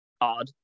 odd